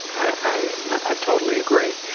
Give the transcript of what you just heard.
i i totally agree.